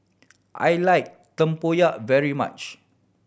I like tempoyak very much